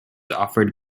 offered